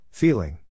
Feeling